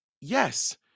Yes